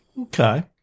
Okay